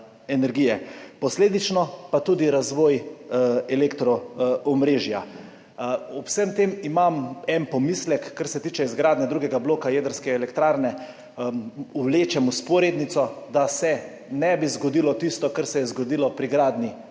energije, posledično pa tudi razvoj elektro omrežja. Ob vsem tem imam en pomislek. Kar se tiče izgradnje drugega bloka jedrske elektrarne, vlečem vzporednico, da se ne bi zgodilo tisto, kar se je zgodilo pri gradnji